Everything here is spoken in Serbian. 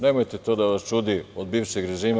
Nemojte to da vas čudi od bivšeg režima.